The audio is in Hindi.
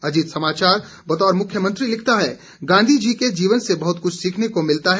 अजीत समाचार बतौर मुख्यमंत्री लिखता है गांधी जी के जीवन से बहत कुछ सीखने को मिलता है